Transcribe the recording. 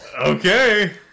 Okay